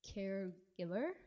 caregiver